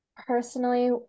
Personally